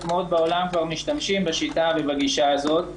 מקומות משתמשים בשיטה ובגישה הזאת.